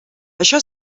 això